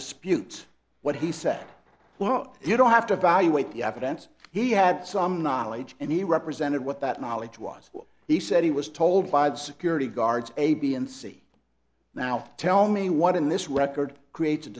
dispute what he said what you don't have to evaluate the evidence he had some knowledge and he represented what that knowledge was he said he was told by the security guards a b and c now tell me what in this record creates a